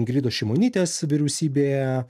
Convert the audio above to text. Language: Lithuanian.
ingridos šimonytės vyriausybėje